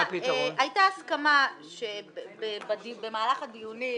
הייתה הסכמה במהלך הדיונים